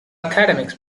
academics